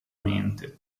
mente